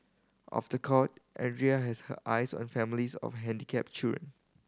off the court Andrea has her eyes on families of handicapped children